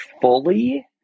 fully